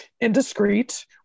Indiscreet